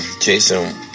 Jason